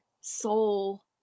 soul